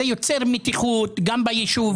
אז זה יוצר מתיחות בישוב,